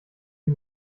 die